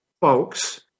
folks